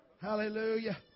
Hallelujah